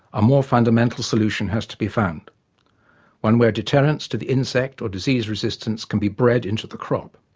a more fundamental solution has to be found one where deterrents to the insect or disease-resistance can be bred into the crop.